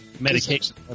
medication